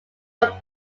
had